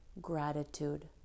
gratitude